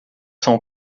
são